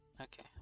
Okay